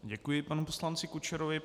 Děkuji panu poslanci Kučerovi.